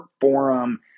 forum